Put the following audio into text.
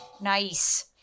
nice